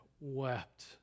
wept